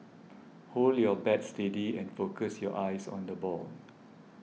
hold your bat steady and focus your eyes on the ball